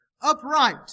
upright